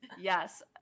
Yes